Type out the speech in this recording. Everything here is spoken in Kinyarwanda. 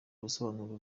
ubusobanuro